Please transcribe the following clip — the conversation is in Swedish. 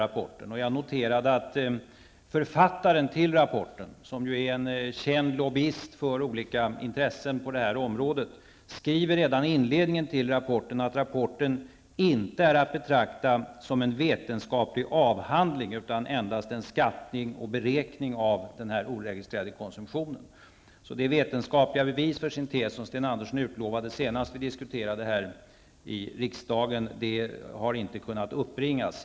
Jag noterar att författaren till rapporten, som ju är en känd lobbyist för olika intressen på detta område, skriver redan i inledningen till rapporten att rapporten inte är att betrakta som en vetenskaplig avhandling, utan endast en skattning och beräkning av den oregistrerade konsumtionen. De vetenskapliga bevis för sin tes som Sten Andersson utlovade senast vi diskuterade här i riksdagen har inte kunnat uppbringas.